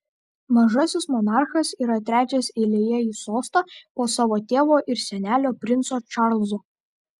mažasis monarchas yra trečias eilėje į sostą po savo tėvo ir senelio princo čarlzo